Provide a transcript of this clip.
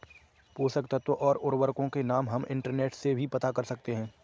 पोषक तत्व और उर्वरकों के नाम हम इंटरनेट से भी पता कर सकते हैं